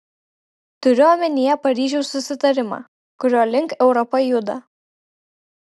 turiu omenyje paryžiaus susitarimą kurio link europa juda